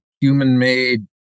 human-made